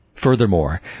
Furthermore